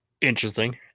interesting